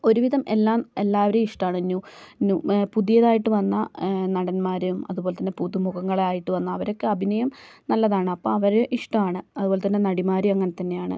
ഒരുവിധം എല്ലാം എല്ലാവരെയും ഇഷ്ടമാണ് ന്യൂ പുതിയതായിട്ട് വന്ന നടന്മാരും അതുപോലെ തന്നെ പുതുമുഖങ്ങൾ ആയിട്ട് വന്ന അവരൊക്കെ അഭിനയം നല്ലതാണ് അപ്പം അവരെ ഇഷ്ടമാണ് അതുപോലെ തന്നെ നടിമാരെയും അങ്ങനെ തന്നെയാണ്